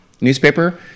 newspaper